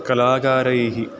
कलाकारैः